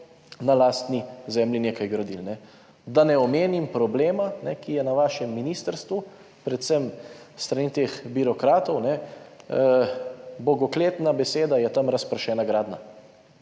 na lastni zemlji nekaj gradili. Da ne omenim problema, ki je na vašem ministrstvu, predvsem s strani teh birokratov, tam je razpršena gradnja